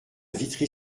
vitry